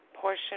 portion